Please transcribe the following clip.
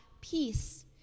peace